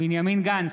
בנימין גנץ,